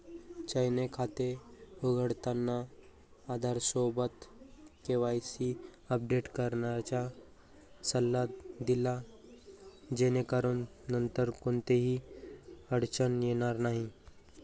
जयने खाते उघडताना आधारसोबत केवायसी अपडेट करण्याचा सल्ला दिला जेणेकरून नंतर कोणतीही अडचण येणार नाही